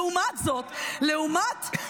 זו לא הייתה הפרעה.